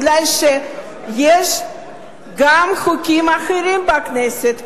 כי יש גם חוקים אחרים בכנסת.